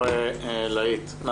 סליחה, ורד.